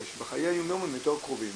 בחיי היומיום הם יותר קרובים,